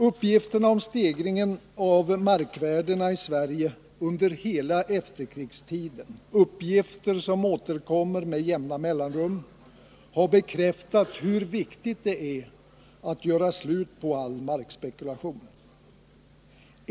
Uppgifterna om stegringen av markvärdena i Sverige under hela efterkrigstiden — uppgifter som återkommer med jämna mellanrum — har bekräftat hur viktigt det är att göra slut på all markspekulation.